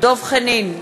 דב חנין,